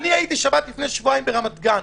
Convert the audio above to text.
אני הייתי בשבת לפני שבועיים ברמת גן,